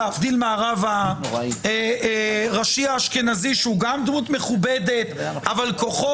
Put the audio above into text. להבדיל מהרב הראשי האשכנזי שהוא גם דמות מכובדת אבל כוחו